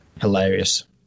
Hilarious